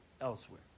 elsewhere